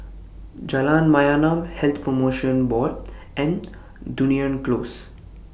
Jalan Mayaanam Health promotion Board and Dunearn Close